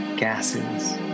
Gases